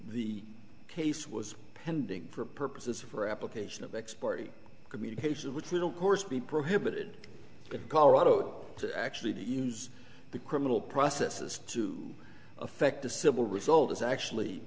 the case was pending for purposes of or application of expiry communication with little course be prohibited in colorado to actually to use the criminal processes to effect a civil result is actually